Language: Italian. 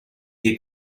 che